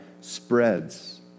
spreads